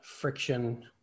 friction